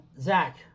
zach